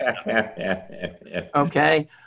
okay